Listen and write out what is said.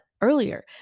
earlier